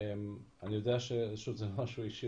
אני יודע שזה משהו אישי,